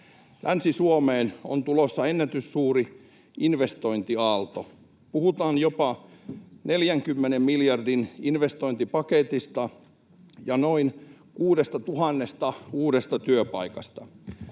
Länsi-Suomeen on tulossa ennätyssuuri investointiaalto. Puhutaan jopa 40 miljardin investointipaketista ja noin 6 000 uudesta työpaikasta.